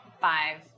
five